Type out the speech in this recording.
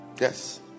Yes